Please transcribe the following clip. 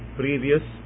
previous